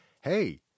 hey